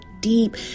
deep